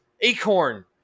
Acorn